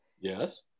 Yes